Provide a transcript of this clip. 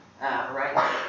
right